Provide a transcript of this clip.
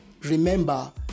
remember